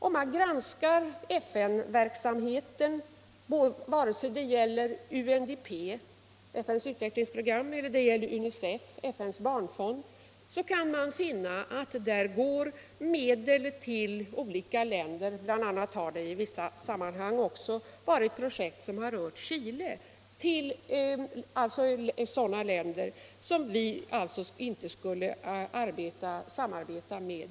Om vi ser på FN:s verksamhet — vare sig det gäller UNDP eller UNICEF, alltså FN:s barnfond — skall man finna att medel går därifrån också till länder, bl.a. till projekt i Chile, som vi ju inte skulle samarbeta direkt med.